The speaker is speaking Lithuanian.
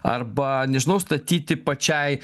arba nežinau statyti pačiai